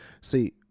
See